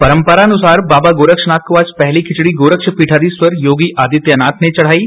परंपरानुसार बाबा गोरक्षनाथ को आज पहली खिचड़ी गोरक्षपीठधीखर योगी आदित्यनाथ ने चढ़ायी